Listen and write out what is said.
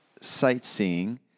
sightseeing